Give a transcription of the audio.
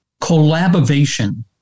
collaboration